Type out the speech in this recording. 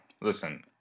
listen